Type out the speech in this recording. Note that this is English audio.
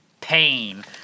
Pain